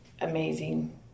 amazing